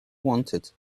wanted